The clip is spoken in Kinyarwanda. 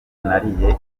nariye